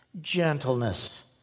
gentleness